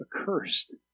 accursed